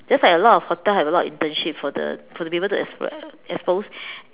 just like a lot of hotel have a lot of internship for the for the people to expose uh expose